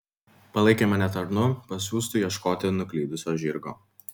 palaikė mane tarnu pasiųstu ieškoti nuklydusio žirgo